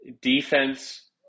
Defense